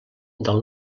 del